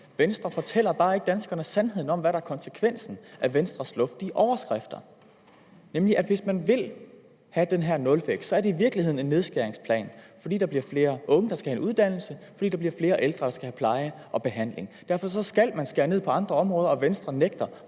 Venstre fortæller bare ikke danskerne sandheden om, hvad der er konsekvensen af Venstres luftige overskrifter. Den er nemlig, at hvis man vil have den her nulvækst, er det i virkeligheden en nedskæringsplan, der skal til, for der bliver flere unge, der skal have en uddannelse, og der bliver flere ældre, der skal have pleje og behandling. Derfor skal man skære ned på andre områder, og Venstre nægter